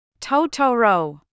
Totoro